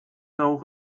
auch